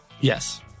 Yes